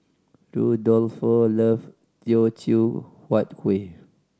Rudolfo love Teochew Huat Kuih